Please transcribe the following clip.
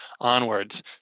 onwards